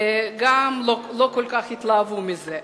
לא כל כך התלהבו מזה,